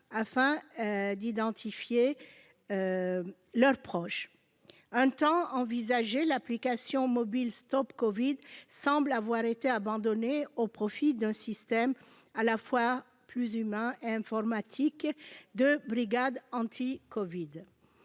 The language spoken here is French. afin d'identifier leurs proches. Un temps envisagée, l'application mobile StopCovid semble avoir été abandonnée au profit d'un système plus humain de brigades anti-Covid.